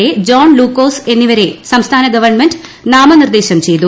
A John Lukose എന്നിവരെ സംസ്ഥാന government നാമനിർദ്ദേശം ചെയ്തു